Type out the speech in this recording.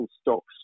stocks